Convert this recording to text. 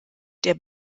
der